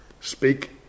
speak